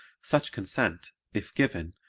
such consent, if given,